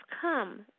come